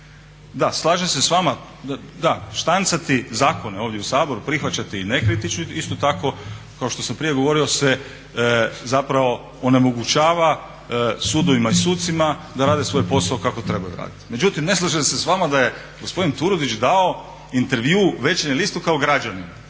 Da, slažem se s vama, da, štancati zakone ovdje u Saboru, prihvaćati i nekritički isto tako kao što sam prije govorio se zapravo onemogućava sudovima i sucima da rade svoj posao kako trebaju raditi. Međutim, ne slažem se s vama da je gospodin Turudić dao intervju Večernjem listu kao građanin.